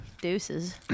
deuces